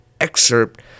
excerpt